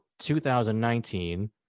2019